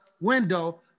window